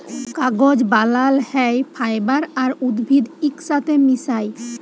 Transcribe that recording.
কাগজ বালাল হ্যয় ফাইবার আর উদ্ভিদ ইকসাথে মিশায়